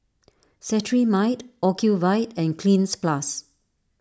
Cetrimide Ocuvite and Cleanz Plus